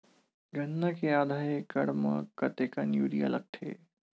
गन्ना के आधा एकड़ म कतेकन यूरिया लगथे?